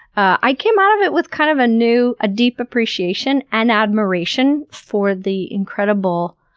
i came out of it with kind of a new, deep appreciation and admiration for the incredible,